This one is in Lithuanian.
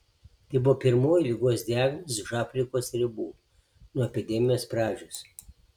tai buvo pirmoji ligos diagnozė už afrikos ribų nuo epidemijos pradžios